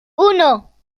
uno